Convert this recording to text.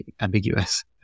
ambiguous